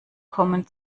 kommen